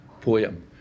poem